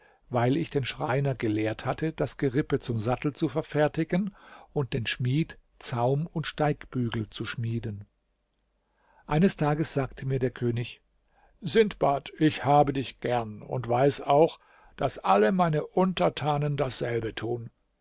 weil ich den schreiner gelehrt hatte das gerippe zum sattel zu verfertigen und den schmied zaum und steigbügel zu schmieden eines tages sagte mir der könig sindbad ich habe dich gern und weiß auch daß alle meine untertanen dasselbe tun